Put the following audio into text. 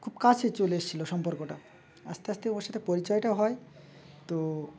খুব কাছে চলে এসেছিল সম্পর্কটা আস্তে আস্তে ওর সাথে পরিচয়টা হয় তো